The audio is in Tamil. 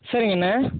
சரிங்கண்ணே